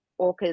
orcas